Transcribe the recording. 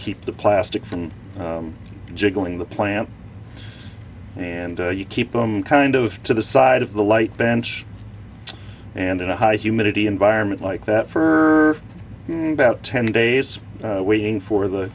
keep the plastic from jiggling the plant and you keep them kind of to the side of the light bench and in a high humidity environment like that for about ten days waiting for the